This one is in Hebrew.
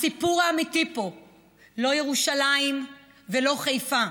הסיפור האמיתי פה הוא לא ירושלים ולא חיפה,